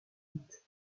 vite